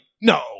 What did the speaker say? no